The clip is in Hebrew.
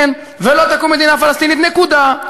כן, ולא תקום מדינה פלסטינית, נקודה.